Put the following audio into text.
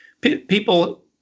people